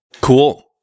Cool